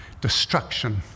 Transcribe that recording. destruction